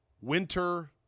Winter